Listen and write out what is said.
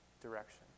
direction